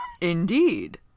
Indeed